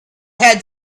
had